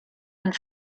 and